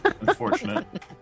Unfortunate